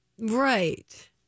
Right